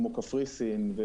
כמו קפריסין,